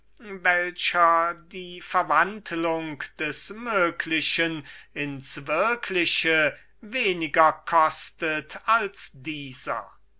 welcher die verwandlung des möglichen ins würkliche weniger kostet als diese